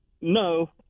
No